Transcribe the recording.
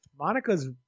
Monica's